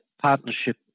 partnership